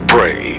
Pray